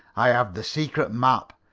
i have the secret map.